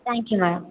thank you madam